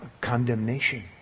condemnation